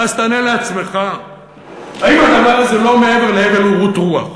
ואז תענה לעצמך אם הדבר הזה הוא לא מעבר להבל ורעות רוח,